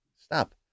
stop